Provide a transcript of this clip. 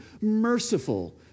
merciful